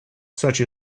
such